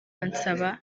ansaba